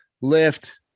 lift